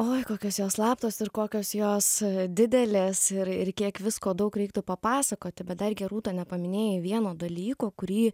oi kokios jos slaptos ir kokios jos didelės ir ir kiek visko daug reiktų papasakoti bet dar gerūta nepaminėjai vieno dalyko kurį